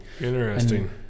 Interesting